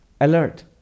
Alert